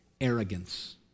arrogance